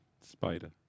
Spider